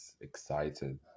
excited